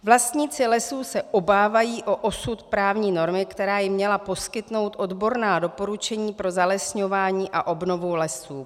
Vlastníci lesů se obávají o osud právní normy, která jim měla poskytnout odborná doporučení pro zalesňování a obnovu lesů.